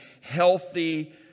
healthy